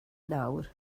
nawr